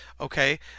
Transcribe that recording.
okay